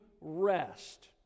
rest